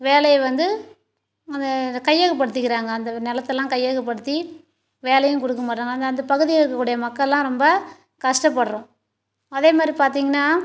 வேலையை வந்து அதை கையகப்படுத்திக்கிறாங்க அந்த நிலத்தலாம் கையகப்படுத்தி வேலையும் கொடுக்க மாட்டுறாங்க அந்த அந்த பகுதியில் இருக்கக்கூடிய மக்கள்லாம் ரொம்ப கஷ்டப்பட்டுறோம் அதே மாரி பார்த்தீங்கன்னா